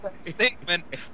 Statement